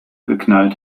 geknallt